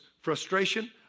frustration